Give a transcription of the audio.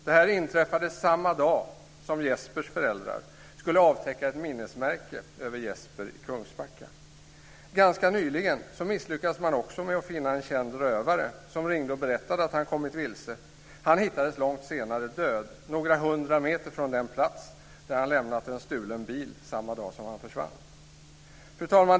Det här inträffade samma dag som Jespers föräldrar skulle avtäcka ett minnesmärke över honom, Jesper i Kungsbacka. Ganska nyligen misslyckades man också med att finna en känd rövare, som ringde och berättade att han kommit vilse. Han hittades långt senare död några hundra meter från den plats där han lämnat en stulen bil samma dag som han försvann. Fru talman!